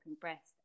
breast